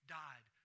died